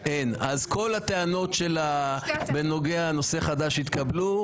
כל הטענות בנוגע לנושא חדש התקבלו.